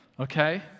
Okay